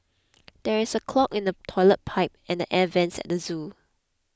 there is a clog in the Toilet Pipe and the Air Vents at the zoo